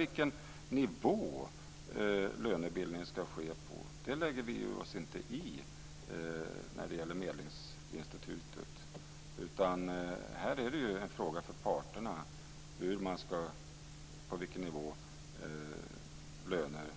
Vilken nivå som lönebildningen ska ske på är något som vi inte lägger oss i när det gäller Medlingsinstitutet, utan frågan om på vilken nivå